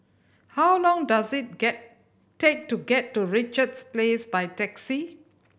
how long does it get take to get to Richards Place by taxi